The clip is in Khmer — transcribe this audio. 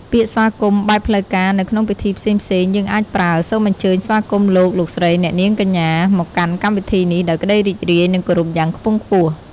ពាក្យស្វាគមន៍បែបផ្លូវការនៅក្នុងពិធីផ្សេងៗ យើងអាចប្រើ «សូមអញ្ជើញស្វាគមន៍លោក លោកស្រីអ្នកនាងកញ្ញា មកកាន់កម្មវិធីនេះ ដោយក្តីរីករាយ និងគោរពយ៉ាងខ្ពង់ខ្ពស់។»